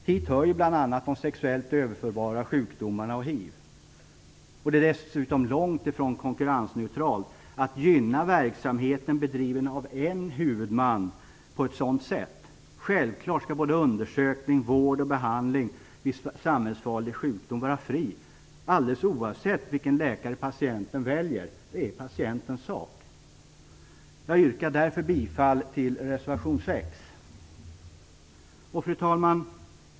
Hit hör bl.a. de sexuellt överförbara sjukdomarna och hiv. Det är dessutom långt ifrån konkurrensneutralt att gynna verksamhet bedriven av en huvudman på ett sådant sätt. Självklart skall undersökning, vård och behandling vid samhällsfarlig sjukdom vara fri oavsett vilken läkare patienten väljer. Det är patientens sak. Jag yrkar därför bifall till reservation 6. Fru talman!